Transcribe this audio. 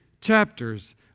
chapters